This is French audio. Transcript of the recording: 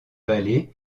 vallée